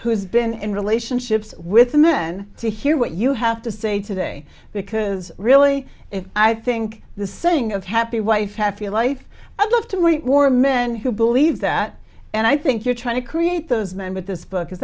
who's been in relationships with men to hear what you have to say today because really i think the saying of happy wife happy life i love to war men who believe that and i think you're trying to create those men but this book is